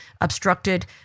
obstructed